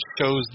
shows